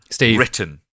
written